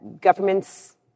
governments